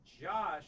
Josh